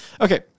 Okay